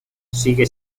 sigue